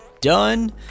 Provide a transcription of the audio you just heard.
done